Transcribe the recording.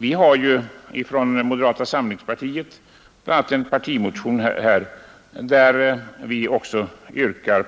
Vi har ju från moderata samlingspartiet bl.a. en partimotion där vi yrkar